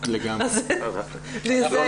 אז זו דוגמה אישית הפוכה.